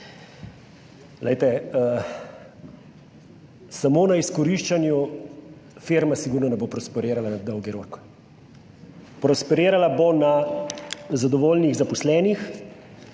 samo na izkoriščanju, firma sigurno ne bo prosperirala na dolgi rok. Prosperirala bo na zadovoljnih zaposlenih,